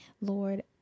Lord